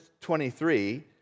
23